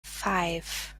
five